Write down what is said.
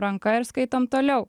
ranka ir skaitom toliau